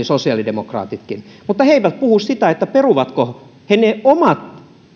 sosiaalidemokraatitkin mutta he eivät puhu sitä peruvatko he omat leikkauksensa